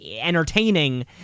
entertaining